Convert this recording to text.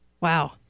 Wow